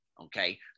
Okay